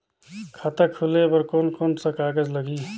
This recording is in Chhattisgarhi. खाता खुले बार कोन कोन सा कागज़ लगही?